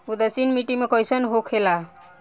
उदासीन मिट्टी कईसन होखेला?